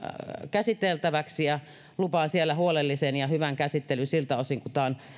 käsiteltäväksi ja lupaan siellä huolellisen ja hyvän käsittelyn siltä osin kuin tämä on